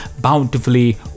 bountifully